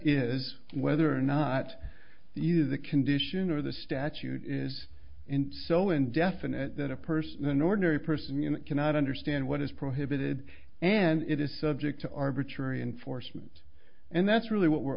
is whether or not the either the condition or the statute is in so indefinite that a person an ordinary person cannot understand what is prohibited and it is subject to arbitrary enforcement and that's really what we're